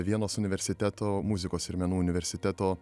vienos universiteto muzikos ir menų universiteto